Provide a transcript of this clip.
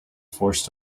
forced